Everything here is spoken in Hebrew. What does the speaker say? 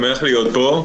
שמח להיות פה.